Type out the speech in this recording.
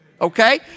okay